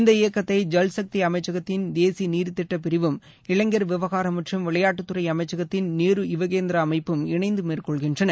இந்த இயக்கத்தை ஜல் சக்தி அமைச்சகத்தின் தேசிய நீர் திட்டப் பிரிவும் இளைஞர் விவகாரம் மற்றும் விளையாட்டுத்துறை அமைச்சகத்தின் நேரு யுவ கேந்திர அமைப்பும் இணைந்து மேற்கொள்கின்றன